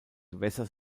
gewässer